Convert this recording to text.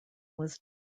was